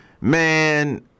Man